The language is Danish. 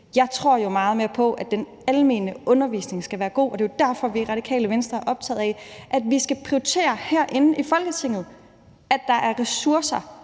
Jeg tror jo meget mere på, at den almene undervisning skal være god, og det er derfor, vi i Radikale Venstre er optagede af, at vi herinde i Folketinget skal prioritere,